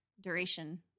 duration